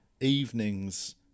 evenings